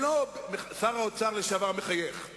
שר האוצר נמצא פה מולך.